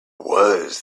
was